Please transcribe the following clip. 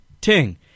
Ting